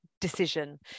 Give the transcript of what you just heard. decision